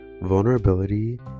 vulnerability